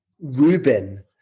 Reuben